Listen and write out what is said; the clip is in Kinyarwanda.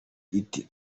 iti